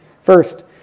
First